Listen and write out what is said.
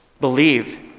Believe